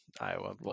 Iowa